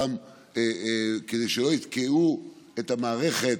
כדי שלא יתקעו את המערכת,